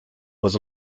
was